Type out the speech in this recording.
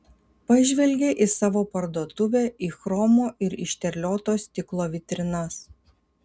pažvelgė į savo parduotuvę į chromo ir išterlioto stiklo vitrinas